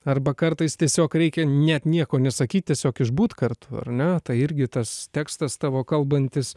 arba kartais tiesiog reikia net nieko nesakyt tiesiog išbūt kartu ar ne tai irgi tas tekstas tavo kalbantis